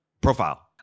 profile